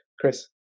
Chris